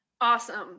Awesome